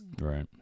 right